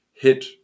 hit